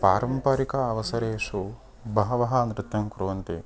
पारम्परिक अवसरेषु बहवः नृत्यं कुर्वन्ति